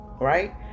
right